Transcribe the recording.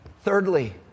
Thirdly